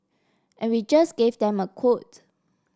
and we just gave them a quote